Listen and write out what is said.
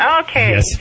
Okay